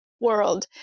world